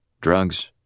Drugs